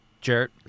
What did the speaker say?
Jared